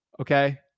Okay